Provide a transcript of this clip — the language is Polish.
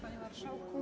Panie Marszałku!